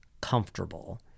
comfortable